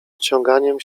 ociąganiem